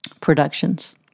productions